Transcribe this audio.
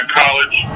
college